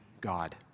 God